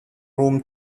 room